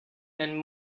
and